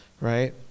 right